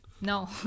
No